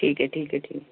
ठीक है ठीक है ठीक